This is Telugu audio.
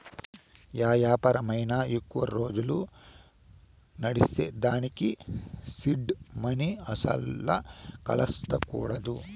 యా యాపారమైనా ఎక్కువ రోజులు నడ్సేదానికి సీడ్ మనీ అస్సల కదల్సకూడదు